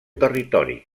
territori